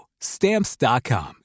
stamps.com